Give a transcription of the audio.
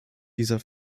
dieser